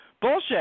Bullshit